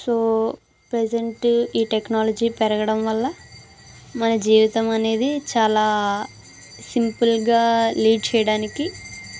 so present ఈ technology పెరగడం వల్ల మన జీవితం అనేది చాలా సింపుల్గా లీడ్ చేయడానికి